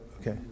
Okay